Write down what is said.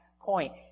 point